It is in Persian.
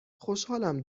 خوشحالم